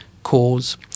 cause